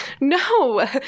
no